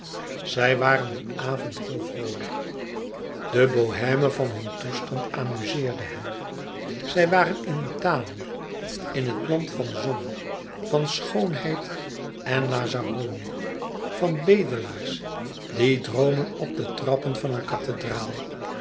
zij waren dien avond heel vroolijk de bohême van hun toestand amuzeerde hen zij waren in italië in het land van zon van schoonheid en lazzaroni van bedelaars die droomen op de trappen van een kathedraal